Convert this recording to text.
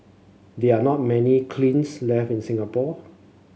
there are not many cleans left in Singapore